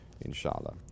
inshallah